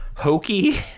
hokey